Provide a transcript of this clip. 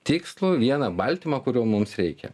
tikslų vieną baltymą kurio mums reikia